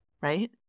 right